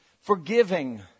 Forgiving